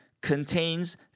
contains